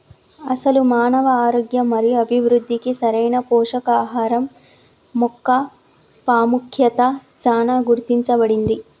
అసలు మానవ ఆరోగ్యం మరియు అభివృద్ధికి సరైన పోషకాహరం మొక్క పాముఖ్యత చానా గుర్తించబడింది